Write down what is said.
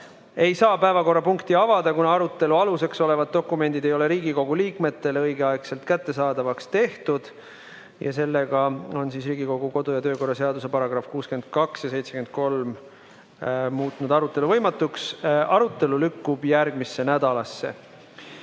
ei saa päevakorrapunkti avada, kuna arutelu aluseks olevad dokumendid ei ole Riigikogu liikmetele õigeaegselt kättesaadavaks tehtud. Selle tõttu on Riigikogu kodu- ja töökorra seaduse § 62 ja § 73 alusel arutelu võimatu. Arutelu lükkub järgmisse nädalasse.